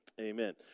Amen